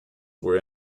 were